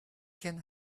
can